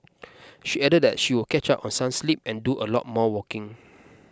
she added that she would catch up on some sleep and do a lot more walking